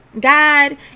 God